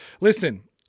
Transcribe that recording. Listen